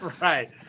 Right